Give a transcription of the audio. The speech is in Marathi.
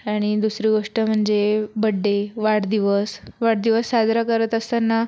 आणि दुसरी गोष्ट म्हणजे बड्डे वाढदिवस वाढदिवस साजरा करत असताना